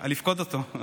לפקוד אותו.